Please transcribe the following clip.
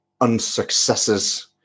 unsuccesses